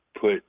put